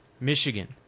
Michigan